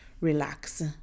relax